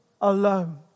alone